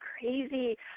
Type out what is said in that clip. crazy